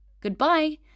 Goodbye